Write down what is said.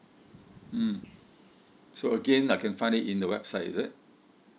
mm so again I can find it in the website is it